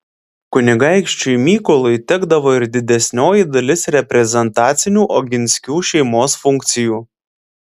kunigaikščiui mykolui tekdavo ir didesnioji dalis reprezentacinių oginskių šeimos funkcijų